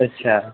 अच्छा